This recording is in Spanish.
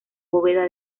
bóveda